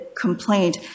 complaint